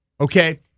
Okay